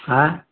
हाँ